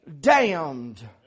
damned